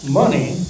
money